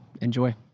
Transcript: Enjoy